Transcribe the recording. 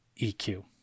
EQ